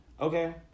Okay